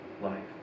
life